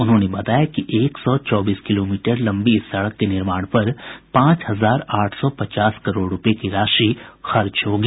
उन्होंने बताया कि एक सौ चौबीस किलोमीटर लंबी इस सड़क के निर्माण पर पांच हजार आठ सौ पचास करोड़ रूपये की राशि खर्च होगी